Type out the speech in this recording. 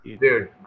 Dude